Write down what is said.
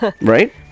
Right